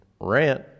rant